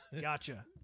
Gotcha